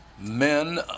men